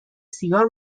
سیگار